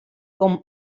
com